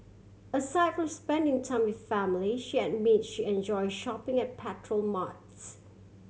aside from spending time with family she admit she enjoy shopping at petrol marts